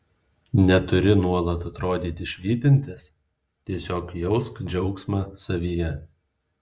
neturi nuolat atrodyti švytintis tiesiog jausk džiaugsmą savyje